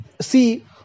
see